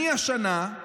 השנה אני